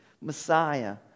Messiah